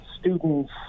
students